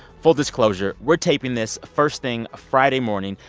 full disclosure we're taping this first thing friday morning.